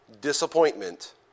disappointment